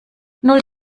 null